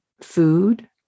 food